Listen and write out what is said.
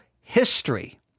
History